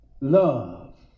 Love